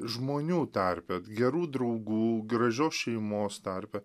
žmonių tarpe gerų draugų gražios šeimos tarpe